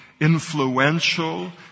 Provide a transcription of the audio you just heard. influential